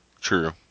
true